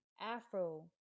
afro